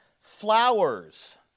flowers